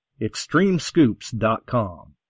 Extremescoops.com